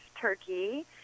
turkey